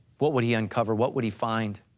what would he uncover? what would he find?